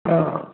हा